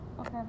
Okay